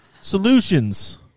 solutions